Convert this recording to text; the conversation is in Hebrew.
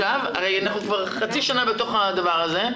כבר חצי שנה אנחנו בתוך זה,